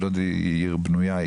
היא עיר בנויה,